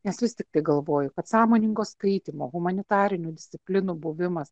nes vis tiktai galvoju kad sąmoningo skaitymo humanitarinių disciplinų buvimas